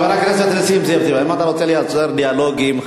אם אין הנר, אין האש, גם לא יהיה פחם.